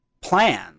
plan